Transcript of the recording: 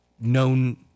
known